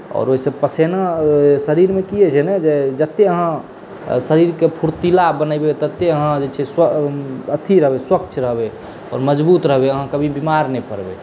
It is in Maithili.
आओर ओहिसँ पसेना शरीरमे की होइत छै ने जतेक अहाँ शरीरकेँ फुर्तीला बनेबै ततेक अहाँ जे छै अथी रहबै स्वच्छ रहबै और मजबूत रहबै अहाँ कभी भी बीमार नहि पड़बै